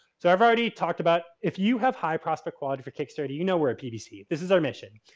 so, i've already talked about if you have high prospect quality for kickstarter you know we're a pbc. this is our mission.